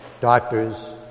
Doctors